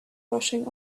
rushing